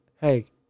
hey